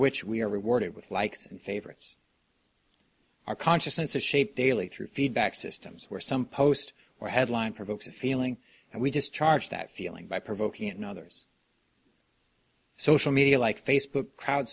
which we are rewarded with likes and favorites our consciousness is shaped daily through feedback systems where some post or headline provokes a feeling and we just charge that feeling by provoking it in others social media like facebook crowd